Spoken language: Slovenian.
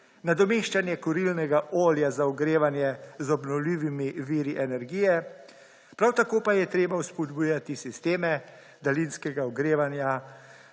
nadomeščanje kurilnega olja za ogrevanje z obnovljivimi viri energije, prav tako pa je treba spodbujati sisteme daljinskega ogrevanja